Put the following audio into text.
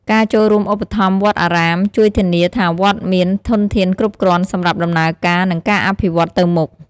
ការចូលរួមឧបត្ថម្ភវត្តអារាម ជួយធានាថាវត្តមានធនធានគ្រប់គ្រាន់សម្រាប់ដំណើរការ និងការអភិវឌ្ឍទៅមុខ។